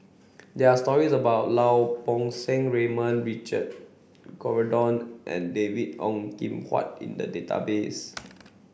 there are stories about Lau Poo Seng Raymond Richard Corridon and David Ong Kim Huat in the database